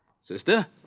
sister